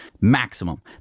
Maximum